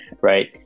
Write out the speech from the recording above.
right